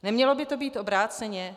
Nemělo by to být obráceně?